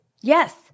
Yes